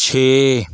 ਛੇ